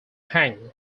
hanged